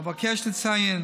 אבקש לציין